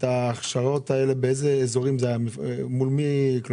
גם האוכלוסייה הזאת צריכה